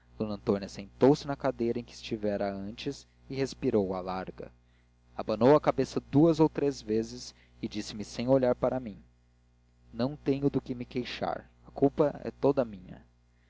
d antônia sentou-se na cadeira em que estivera antes e respirou à larga abanou a cabeça duas ou três vezes e disse-me sem olhar para mim não tenho de que me queixar a culpa é toda minha